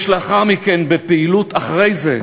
יש לאחר מכן, בפעילות אחרי זה,